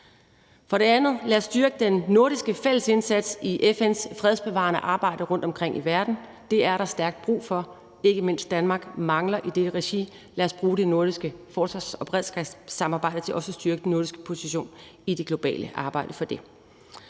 for det andet styrke den nordiske fællesindsats i FN's fredsbevarende arbejde rundtomkring i verden. Det er der stærkt brug for, ikke mindst Danmark mangler i dette regi, og lad os bruge det nordiske forsvars- og beredskabssamarbejde til også at styrke den nordiske position i det globale arbejde for det.